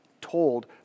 told